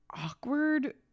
awkward